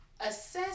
Assess